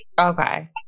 Okay